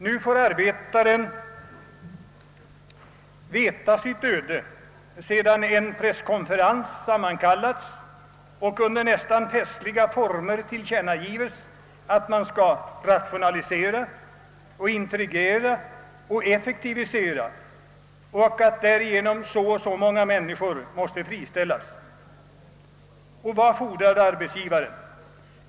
Nu får arbetaren veta sitt öde sedan en presskonferens sammankallats och det under nästan festliga former tillkännagivits att man skall rationalisera, integrera och effektivisera och att därigenom så och så många människor måste friställas. Vad fordrar då arbetsgivaren?